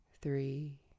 three